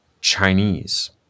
Chinese